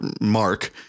Mark